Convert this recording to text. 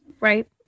Right